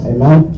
Amen